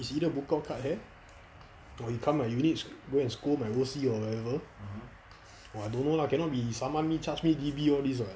either is book out cut hair or he come my unit go and scold my O_C or whatever !wah! don't know lah cannot be saman me charge me D_B all this [what]